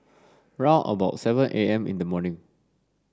round about seven A M in the morning